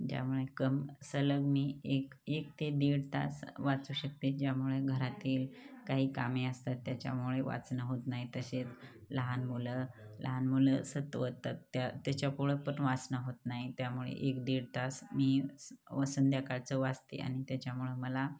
ज्यामुळे कम सलग मी एक एक ते दीड तास वाचू शकते ज्यामुळे घरातील काही कामे असतात त्याच्यामुळे वाचणं होत नाही तसेच लहान मुलं लहान मुलं सतावतात त्या त्याच्यामुळे पण वाचनं होत नाही त्यामुळे एक दीड तास मी व संध्याकाळचं वाचते आणि त्याच्यामुळे मला